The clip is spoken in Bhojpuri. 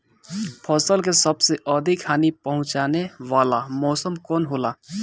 फसल के सबसे अधिक हानि पहुंचाने वाला मौसम कौन हो ला?